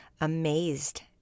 amazed